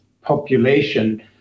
population